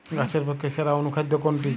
গাছের পক্ষে সেরা অনুখাদ্য কোনটি?